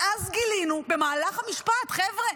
ואז גילינו במהלך המשפט, חבר'ה,